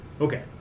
Okay